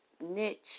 niche